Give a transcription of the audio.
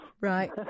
Right